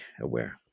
aware